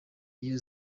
iyo